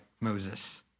Moses